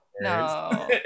no